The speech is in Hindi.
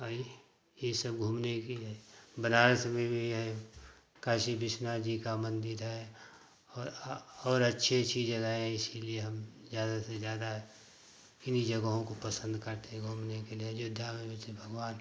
और यह यह सब घूमने की है बनारस में भी है काशी विश्वनाथ जी का मंदिर है और और अच्छी अच्छी जगहें है इसलिए हम ज़्यादा से ज़्यादा इन्ही जगहों को पसंद करते हैं घूमने के लिए अयोध्या में जैसे भगवान